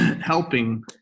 helping